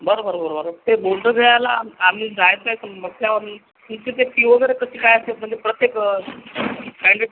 बरं बरं बरं बरं ते बौद्ध विहारला आ आम्ही जायचे तर मग तुमची ते फी वगैरे कशी काय असते म्हणजे प्रत्येक